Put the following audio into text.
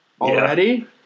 already